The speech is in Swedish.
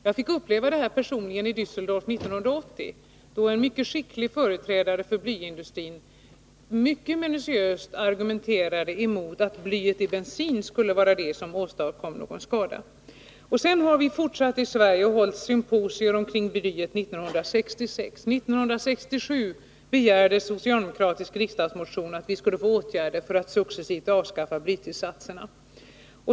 Jag fick personligen uppleva detta i Dässeldorf 1980, när en mycket skicklig företrädare för blyindustrin minutiöst argumenterade mot påståendet att blyet i bensinen skulle vara det som åstadkom någon skada. Sedan har vi fortsatt i Sverige. Symposier om blyet anordnades 1966. 1967 begärdes i en socialdemokratisk riksdagsmotion åtgärder för att successivt avskaffa blytillsatserna.